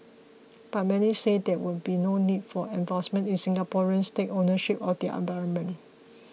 but many said there would be no need for enforcement if Singaporeans take ownership of their environment